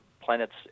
planets